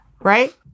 right